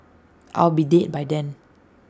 I'll be dead by then